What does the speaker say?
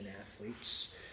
athletes